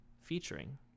featuring